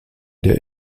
der